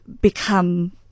become